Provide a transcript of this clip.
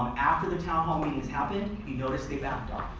after the town hall meetings happened, you notice they backed off.